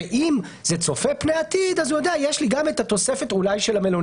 ואם זה צופה פני עתיד אז הוא יודע שיש לו גם את התוספת של המלונית.